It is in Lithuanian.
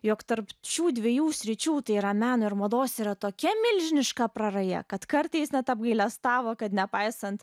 jog tarp šių dviejų sričių tai yra meno ir mados yra tokia milžiniška praraja kad kartais net apgailestavo kad nepaisant